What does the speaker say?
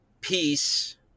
peace